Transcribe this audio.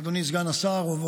אדוני סגן השר,